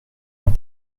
l’un